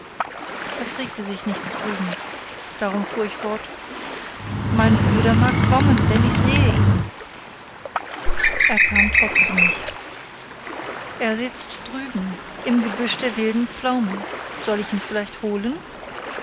es regte sich nichts drüben darum fuhr ich fort mein bruder mag kommen denn ich sehe ihn er kam trotzdem nicht er sitzt drüben im gebüsch der wilden pflaumen soll ich ihn vielleicht holen